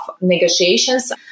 negotiations –